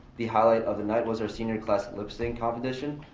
the highlight of the night was our senior class lip-sing competition.